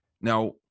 Now